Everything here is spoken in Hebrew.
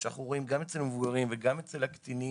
שאנחנו רואים גם אצל המבוגרים וגם אצל הקטינים,